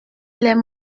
les